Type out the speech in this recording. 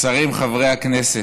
השרים, חברי הכנסת,